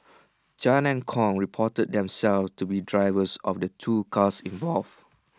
chan and Kong reported themselves to be drivers of the two cars involved